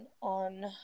on